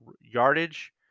yardage